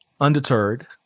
Undeterred